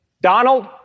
Donald